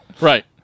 Right